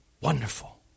Wonderful